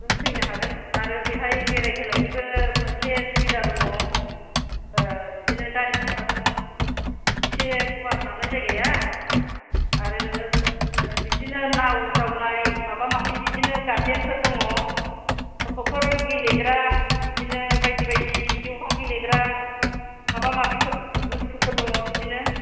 नों फैनो हागोन आरो बेहाय बेराय होनायनिबो मोनसे सुबिदा दङ ओ बिदिनो गारि फिसा दङ इसे गुवार नालाय जायगाया आरो नोङो ओ बिदिनो नाव जावनाय माबा माबि बिदिनो गारदेनफोर दङ गथ'फोर गेलेग्रा बिदिनो बायदि बायदि हेव हा गेलेग्रा माबा माबिफोर बुस्टुफोर दङ बिदिनो